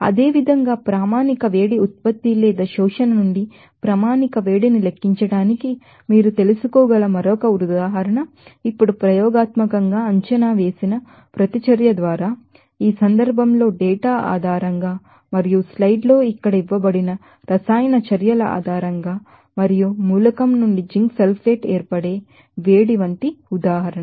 అదేవిధంగా standard heat of formation నుండి standard హీట్ని లెక్కించడానికి మీరు తెలుసుకోగల మరొక ఉదాహరణ ఇప్పుడు ప్రయోగాత్మకంగా అంచనా వేసిన ప్రతిచర్య ద్వారా ఈ సందర్భంలో డేటా ఆధారంగా మరియు స్లైడ్లలో ఇక్కడ ఇవ్వబడిన రసాయన చర్యల ఆధారంగా మరియు ఫార్మషన్ నుండి జింక్ సల్ఫేట్ ఏర్పడే వేడి వంటి ఉదాహరణ